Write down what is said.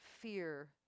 fear